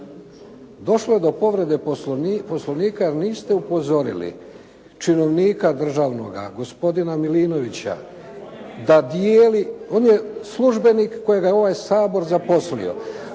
došlo je do povrede Poslovnika jer niste upozorili činovnika državnoga gospodina Milinovića da dijeli, … …/Upadica: On je ministar./… … on je službenik kojega je ovaj Sabor zaposlio